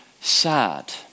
Sad